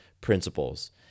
principles